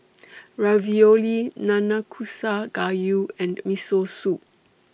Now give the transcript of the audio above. Ravioli Nanakusa Gayu and Miso Soup